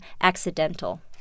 accidental